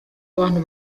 abantu